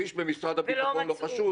ואיש במשרד הביטחון לא חשוד,